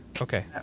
Okay